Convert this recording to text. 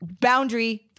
boundary